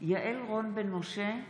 יעל רון בן משה,